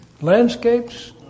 landscapes